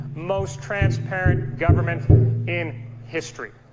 most transparent government in history.